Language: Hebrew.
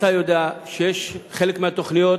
אתה יודע שיש חלק מהתוכניות,